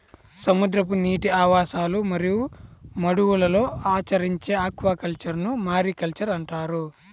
సముద్రపు నీటి ఆవాసాలు మరియు మడుగులలో ఆచరించే ఆక్వాకల్చర్ను మారికల్చర్ అంటారు